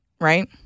right